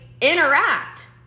interact